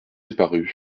eparus